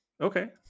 Okay